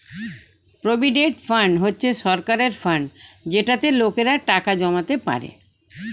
provident fund হচ্ছে সরকারের fund যেটাতে লোকেরা টাকা জমাতে পারে